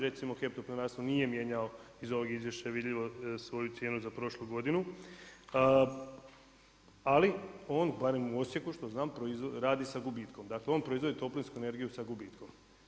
Recimo HEP Toplinarstvo nije mijenjao iz ovog izvješća je vidljivo svoju cijenu za prošlu godinu, ali on barem u Osijeku što znam radi sa gubitkom, dakle on proizvodi toplinsku energiju sa gubitkom.